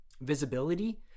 visibility